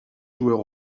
joueur